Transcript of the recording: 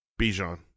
Bijan